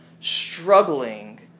struggling